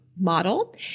model